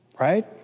Right